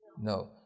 No